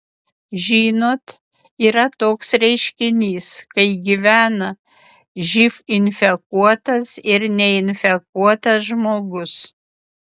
žinot yra toks reiškinys kai gyvena živ infekuotas ir neinfekuotas žmogus